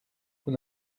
vous